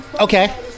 Okay